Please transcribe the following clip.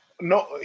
No